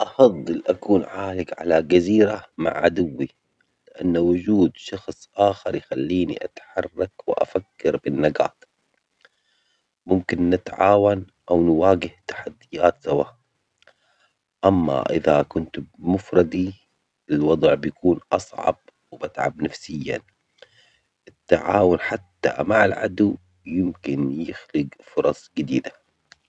هل تفضل أن تكون عالقًا على جزيرة ما بمفردك أم مع عدوك اللدود؟ ولماذا؟